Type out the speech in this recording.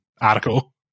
article